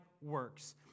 works